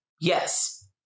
Yes